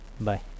Bye